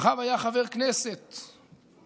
הרב היה חבר כנסת פעמיים.